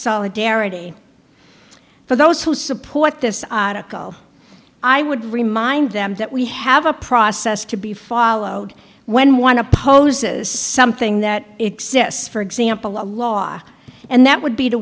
solidarity for those who support this article i would remind them that we have a process to be followed when one opposes something that exists for example a law and that would be to